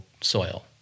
soil